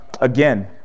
again